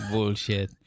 Bullshit